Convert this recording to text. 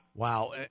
Wow